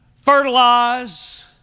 fertilize